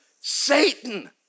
Satan